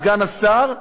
סגן השר,